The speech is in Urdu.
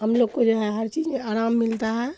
ہم لوگ کو جو ہے ہر چیز میں آرام ملتا ہے